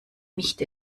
nicht